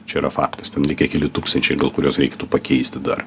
čia yra faktas ten likę keli tūkstančiai gal kuriuos reiktų pakeisti dar